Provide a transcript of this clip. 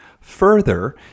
Further